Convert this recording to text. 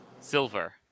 Silver